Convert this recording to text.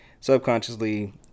subconsciously